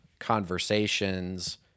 conversations